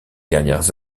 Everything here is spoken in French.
dernières